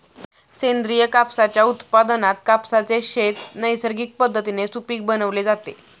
सेंद्रिय कापसाच्या उत्पादनात कापसाचे शेत नैसर्गिक पद्धतीने सुपीक बनवले जाते